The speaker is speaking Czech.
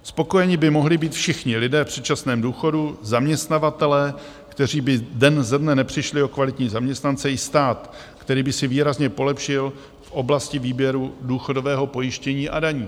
Spokojeni by mohli být všichni lidé v předčasném důchodu, zaměstnavatelé, kteří by den ze dne nepřišli o kvalitní zaměstnance, i stát, který by si výrazně polepšil v oblasti výběru důchodového pojištění a daní.